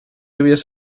lluvias